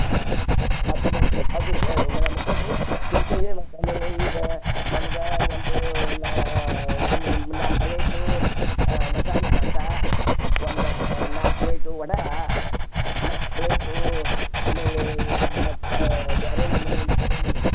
ಹಾಂ ಆತು ಇದೊದು ಕ ಅದೆಷ್ಟು ಮೇಡಮ್ ಕೊಡಿರಿ ಮತ್ತು ಆಮೇಲೆ ಈಗ ನಮ್ಗೆ ಒಂದು ನಾಲ್ಕು ಪ್ಲೇಟು ಮಸಾಲೆ ದ್ವಾಸೆ ಒಂದು ನಾಲ್ಕು ಪ್ಲೇಟು ವಡಾ ನಾಲ್ಕು ಪ್ಲೇಟು ಆಮೇಲೆ ಮತ್ತೆ ಬೇರೆ ನಮೂನೆ